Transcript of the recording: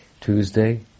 Tuesday